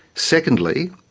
secondly,